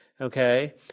Okay